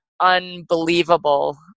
unbelievable